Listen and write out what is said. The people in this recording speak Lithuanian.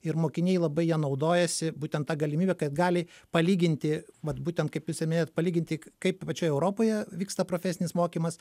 ir mokiniai labai ja naudojasi būtent ta galimybe kad gali palyginti vat būtent kaip jūs ir minėjot palyginti kaip pačioje europoje vyksta profesinis mokymas